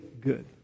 good